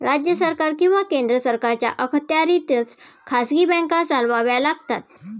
राज्य सरकार किंवा केंद्र सरकारच्या अखत्यारीतच खाजगी बँका चालवाव्या लागतात